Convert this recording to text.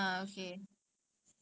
it is a village lah